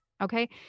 okay